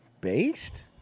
Based